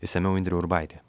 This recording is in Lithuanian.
išsamiau indrė urbaitė